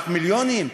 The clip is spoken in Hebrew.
רק מיליונים?